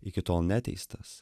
iki tol neteistas